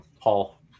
Paul